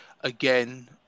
again